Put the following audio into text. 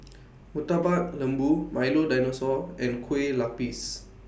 Murtabak Lembu Milo Dinosaur and Kueh Lapis